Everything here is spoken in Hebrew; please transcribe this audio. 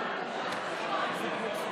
חברי הכנסת,